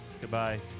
Goodbye